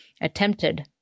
attempted